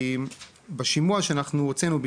בשימוע שאנחנו הוצאנו,